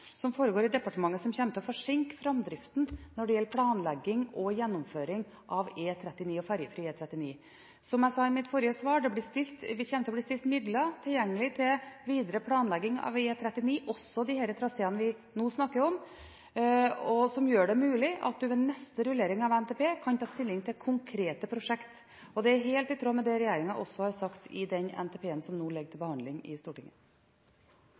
som foregår i departementet, som kommer til å forsinke framdriften når det gjelder planlegging og gjennomføring av E39 og ferjefri E39. Som jeg sa i mitt forrige svar: Det kommer til å bli stilt midler tilgjengelig til videre planlegging av E39, også til disse traseene vi nå snakker om, som gjør det mulig at en ved neste rullering av NTP kan ta stilling til konkrete prosjekter. Det er helt i tråd med det regjeringen har sagt i den NTP-en som nå ligger til behandling i Stortinget.